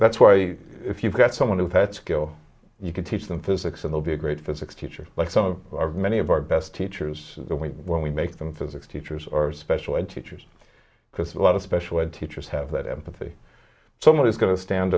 that's why if you've got someone who had skill you could teach them physics and they'll be a great physics teacher like some of our many of our best teachers when we make them physics teachers or special ed teachers because a lot of special ed teachers have that empathy someone is going to stand